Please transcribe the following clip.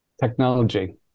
technology